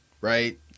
right